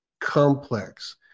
complex